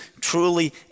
truly